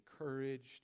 encouraged